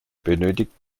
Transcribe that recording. benötigt